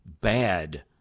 bad